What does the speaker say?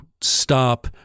stop